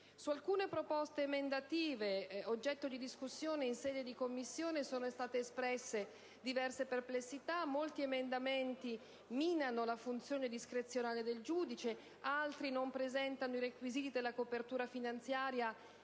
Su alcune proposte emendative, oggetto di discussione in sede di Commissione, sono state espresse diverse perplessità. Molti emendamenti minano la funzione discrezionale del giudice; altri non presentano i requisiti della copertura finanziaria